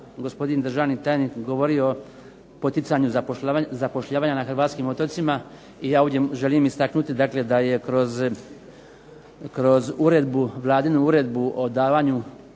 gospodin državni tajnik je govorio o poticanju zapošljavanja na Hrvatskim otocima i ja ovdje želim istaknuti da je kroz uredbu o davanju